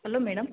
hello madam